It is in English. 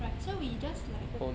right so we just like